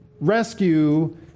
rescue